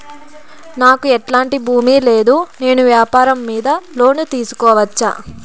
నాకు ఎట్లాంటి భూమి లేదు నేను వ్యాపారం మీద లోను తీసుకోవచ్చా?